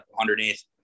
underneath